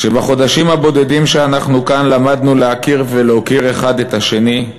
בחודשים הבודדים שאנחנו כאן למדנו להכיר ולהוקיר האחד את השני.